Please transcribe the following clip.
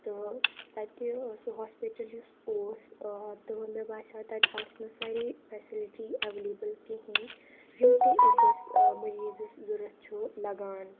تہٕ تَتہِ سُہ ہاسپِٹَل یُس اوس تہٕ مےٚ باسیٛو تَتہِ آسنہٕ سارے فیسَلٹی ایٚویلیبٕل کِہیٖنۍ یِم تہِ أکِس مٔریٖضَس ضوٚرَتھ چھُ لَگان